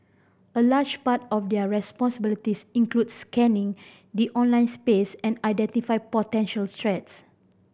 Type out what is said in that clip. a large part of their responsibilities includes scanning the online space and identify potential threats